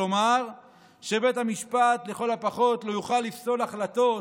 כלומר שבית המשפט לכל הפחות לא יוכל לפסול החלטות